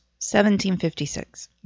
1756